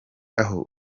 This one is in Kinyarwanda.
aho